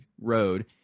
road